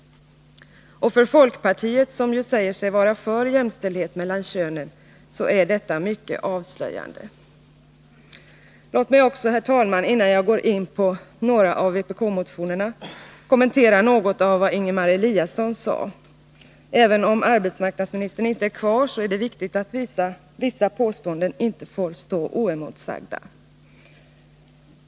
Och för folkpartiet, som ju säger sig vara för jämställdhet mellan könen, är detta mycket avslöjande. Låt mig också, herr talman, innan jag går in på några av vpk-motionerna, 114 kommentera något av vad Ingemar Eliasson sade. Även om arbetsmark nadsministern inte är kvar i kammaren är det viktigt att vissa påstående inte får stå oemotsagda.